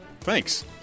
Thanks